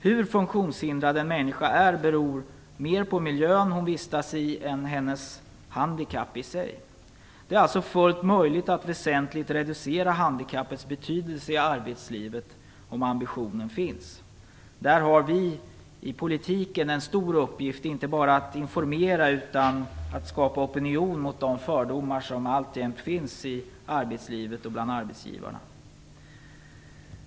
Hur funktionshindrad en människa är beror mer på miljön hon vistas i än på hennes handikapp i sig. Det är alltså fullt möjligt att väsentligt reducera handikappets betydelse i arbetslivet om ambitionen finns. Där har vi i politiken en stor uppgift, inte bara att informera utan också att skapa opinion mot de fördomar som alltjämt finns i arbetslivet och bland arbetsgivarna.